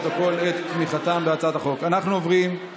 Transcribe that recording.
הצעת החוק הזו עברה